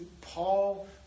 Paul